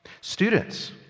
Students